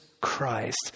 Christ